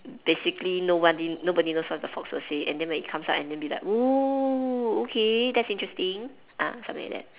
basically no one didn't nobody knows what the fox will say and then when it comes out and then be like !whoa! okay that's interesting ah something like that